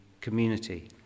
community